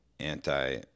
anti